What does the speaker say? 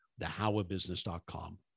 thehowabusiness.com